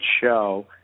show